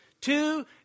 Two